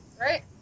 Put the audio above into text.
right